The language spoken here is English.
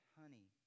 honey